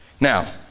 Now